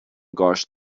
gosh